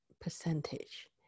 percentage